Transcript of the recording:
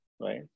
right